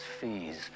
fees